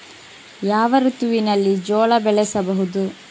ಯಾವ ಋತುವಿನಲ್ಲಿ ಜೋಳ ಬೆಳೆಸಬಹುದು?